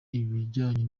ikijyanye